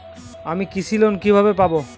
আমি কৃষি লোন কিভাবে পাবো?